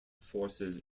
forces